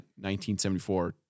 1974